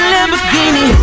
Lamborghini